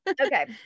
Okay